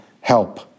help